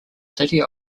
city